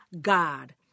God